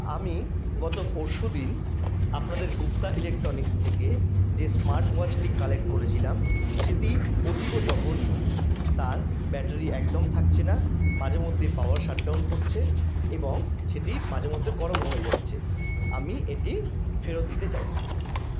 আমি গত পরশু দিন আপনাদের গুপ্তা ইলেকট্রনিক্স থেকে যে স্মার্ট ওয়াচটি কালেক্ট করেছিলাম সেটি অতীব জঘন্য তার ব্যাটারি একদম থাকছে না মাঝে মধ্যে পাওয়ার শাট ডাউন করছে এবং সেটি মাঝে মধ্যে গরম হয়ে যাচ্ছে আমি এটি ফেরত দিতে চাই